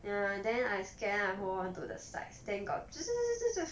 ya then I scare I hold onto the side stand got